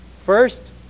First